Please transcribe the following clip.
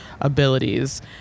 abilities